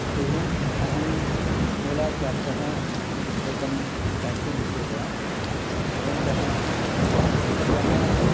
हरिः ओम् अहम् ओला केब्तः एकं ट्याक्सि बुक् कृतवान् भवन्तः अहं श्वः